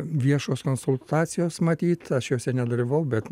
viešos konsultacijos matyt aš jose nedalyvavau bet